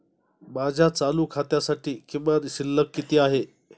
माझ्या चालू खात्यासाठी किमान शिल्लक किती आहे?